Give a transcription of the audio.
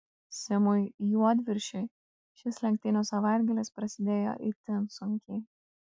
simui juodviršiui šis lenktynių savaitgalis prasidėjo itin sunkiai